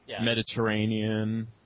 Mediterranean